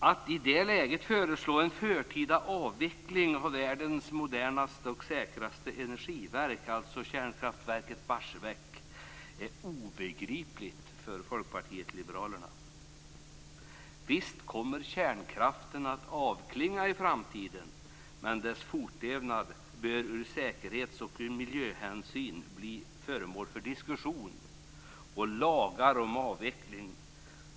Att man i det läget kan föreslå en förtida avveckling av världens modernaste och säkraste energikraftverk, dvs. kärnkraftverket i Barsebäck, är obegripligt för Folkpartiet liberalerna. Visst kommer kärnkraften att avklinga i framtiden, men dess fortlevnad bör av säkerhets och miljöhänsyn bli föremål för diskussion och lagar om avveckling.